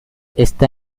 está